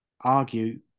argue